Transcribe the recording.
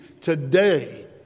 today